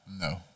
No